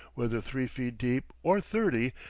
whether three feet deep or thirty,